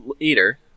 later